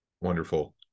Wonderful